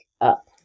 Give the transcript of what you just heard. up